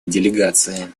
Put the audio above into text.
делегации